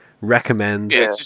recommend